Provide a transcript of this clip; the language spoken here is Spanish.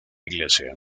iglesia